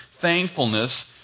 thankfulness